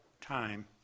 time